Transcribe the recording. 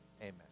Amen